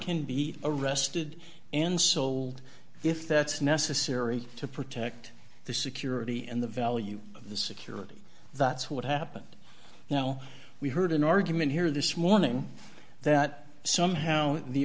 can be arrested and sold if that's necessary to protect the security and the value of the security that's what happened now we heard an argument here this morning that somehow the